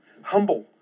Humble